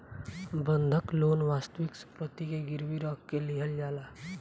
बंधक लोन वास्तविक सम्पति के गिरवी रख के लिहल जाला